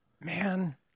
Man